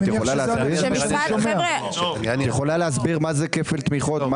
את יכולה להסביר מה זה כפל תמיכות?